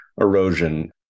erosion